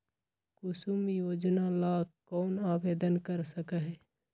कुसुम योजना ला कौन आवेदन कर सका हई?